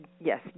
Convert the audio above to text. yes